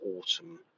autumn